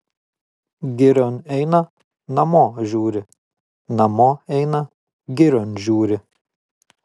girion eina namo žiūri namo eina girion žiūri